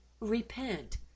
Repent